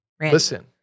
Listen